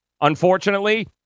unfortunately